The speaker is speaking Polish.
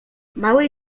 małej